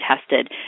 tested